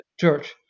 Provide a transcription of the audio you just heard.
church